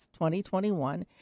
2021